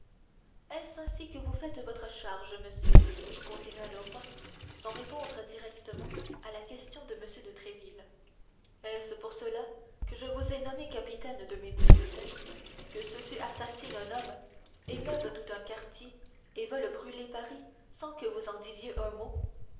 est-ce ainsi que vous faites votre charge monsieur continua le roi sans répondre directement à la question de m de tréville est-ce pour cela que je vous ai nommé capitaine de mes mousquetaires que ceux-ci assassinent un homme émeuvent tout un quartier et veulent brûler paris sans que vous en disiez un mot